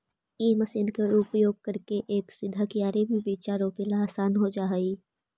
इ मशीन के उपयोग करके एक सीधा कियारी में बीचा रोपला असान हो जा हई